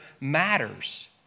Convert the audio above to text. matters